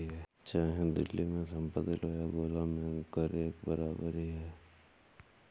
चाहे दिल्ली में संपत्ति लो या गोला में संपत्ति कर एक बराबर ही है